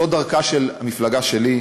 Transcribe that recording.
זו דרכה של המפלגה שלי,